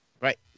Right